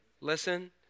listen